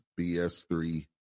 BS3